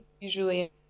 usually